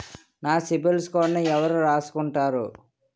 నా సిబిల్ స్కోరును ఎవరు రాసుకుంటారు